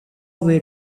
way